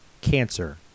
Cancer